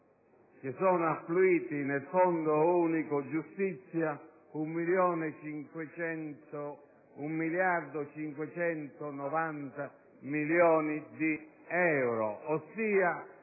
che sono affluiti nel Fondo unico giustizia un miliardo e 590 milioni di euro, ossia